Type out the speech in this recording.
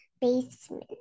basement